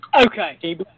Okay